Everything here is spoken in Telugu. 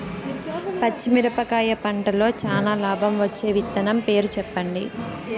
పచ్చిమిరపకాయ పంటలో చానా లాభం వచ్చే విత్తనం పేరు చెప్పండి?